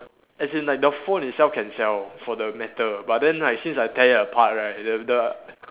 as in like the phone itself can sell for the metal but then right since I tear apart right then the